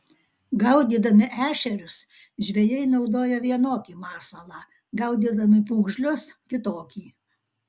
gaudydami ešerius žvejai naudoja vienokį masalą gaudydami pūgžlius kitokį